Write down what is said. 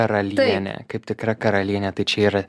karalienė kaip tikra karalienė tai čia yra